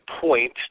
point